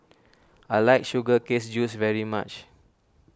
I like sugar canes juice very much